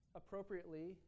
appropriately